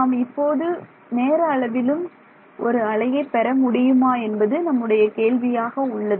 நாம் இப்போது நேர அளவிலும் ஒரு அலையை பெற முடியுமா என்பது நம்முடைய கேள்வியாக உள்ளது